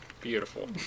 Beautiful